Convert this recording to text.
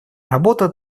работа